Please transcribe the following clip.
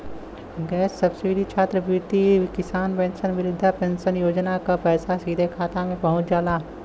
gas subsidy छात्रवृत्ति किसान pension वृद्धा पेंशन योजना क पैसा सीधे खाता में पहुंच जाला